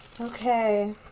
okay